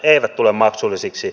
eivät tule maksullisiksi